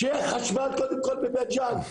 שיהיה חשמל קודם כל בבית ג'אן,